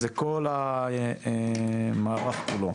זה כל המערך כולו.